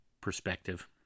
perspective